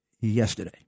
yesterday